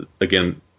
again